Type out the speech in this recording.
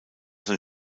sein